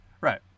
Right